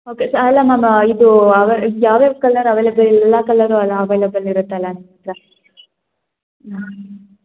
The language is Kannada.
ಓಕೆ ಅಲ್ಲ ಮ್ಯಾಮ್ ಇದು ಯಾವ್ಯಾವ ಕಲರ್ ಅವೈಲೇಬಲ್ ಎಲ್ಲ ಅವೈಲೇಬಲ್ ಇರುತ್ತಲ್ಲ ನಿಮ್ಮ ಹತ್ತಿರ ಹ್ಞೂ